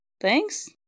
thanks